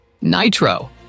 Nitro